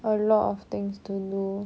a lot of things to do